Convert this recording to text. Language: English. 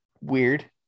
weird